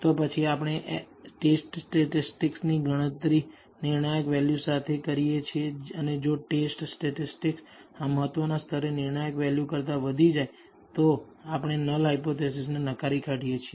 તો પછી આપણે ટેસ્ટ સ્ટેટિસ્ટિક ની નિર્ણાયક વેલ્યુ સાથે કરીએ છીએ અને જો ટેસ્ટ સ્ટેટિસ્ટિક આ મહત્વના સ્તરે નિર્ણાયક વેલ્યુ કરતાં વધી જાય તો આપણે નલ હાયપોથેસિસને નકારી કાઢીએ છીએ